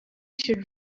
should